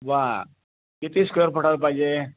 वा किती स्क्वेअर फुटाचं पाहिजे